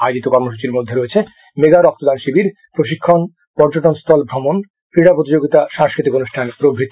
আয়োজিত কর্মসূচির মধ্যে রয়েছে মেগা রক্তদান শিবির প্রশিক্ষণ পর্যটনস্থল ভ্রমন ক্রীড়া প্রতিযোগিতা সাংস্কৃতিক অনুষ্ঠান প্রভৃতি